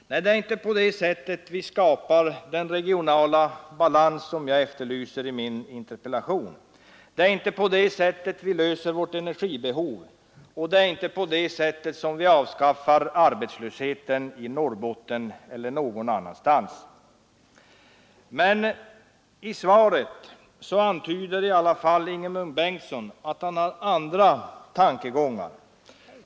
Nej, det är inte på det sättet vi skapar den regionala balans som jag efterlyser i min interpellation. Det är inte på det sättet vi tillgodoser vårt energibehov, och det är inte på det sättet som vi avskaffar arbetslösheten i Norrbotten eller någon annanstans. I svaret antyder i alla fall Ingemund Bengtsson att han har andra tankegångar.